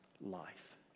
life